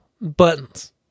buttons